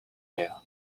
you